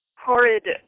horrid